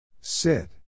Sit